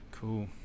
cool